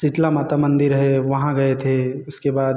शीतला माता मंदिर है वहाँ गए थे उसके बाद